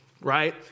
right